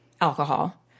Alcohol